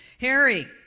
Harry